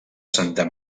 santa